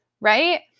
right